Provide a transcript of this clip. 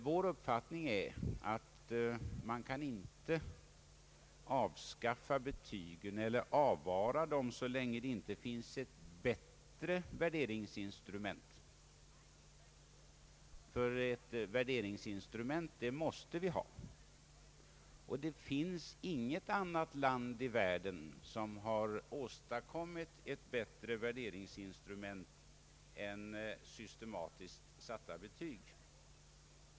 Vår uppfattning är att man inte kan avskaffa betygen eller avvara dem så länge det inte finns ett bättre värderingsinstrument — och ett värderingsinstrument måste vi ha. Det finns ännu inget land i världen som har åstadkommit ett bättre värderingsinstrument än systematiskt satta betyg.